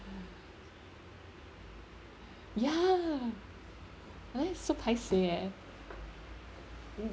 ya right so paiseh eh